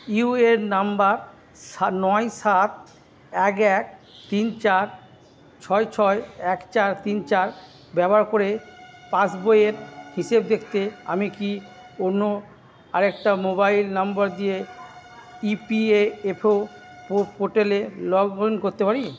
UN number সা নয় সাত এক এক তিন চার ছয় ছয় এক চার তিন চার ব্যবহার করে পাসবইয়ের হিসেব দেখতে আমি কি অন্য আরেকটা মোবাইল নম্বর দিয়ে ইপিএএফও পো পোর্টালে লগ অন করতে পারি